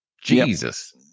Jesus